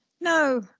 No